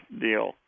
deal